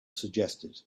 suggested